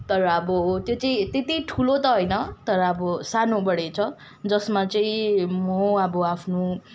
तर अब त्यो चाहिँ त्यति ठुलो त होइन तर अब सानोबडे छ जसमा चाहिँ म अब आफ्नो